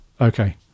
okay